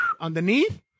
Underneath